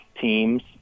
teams